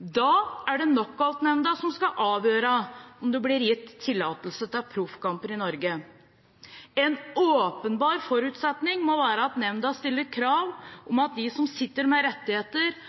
Da er det Knockoutnemnda som skal avgjøre om det blir gitt tillatelse til proffkamper i Norge. En åpenbar forutsetning må være at nemnda stiller krav om at de som sitter med rettigheter